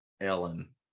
Ellen